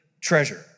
treasure